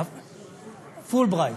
פולברייט.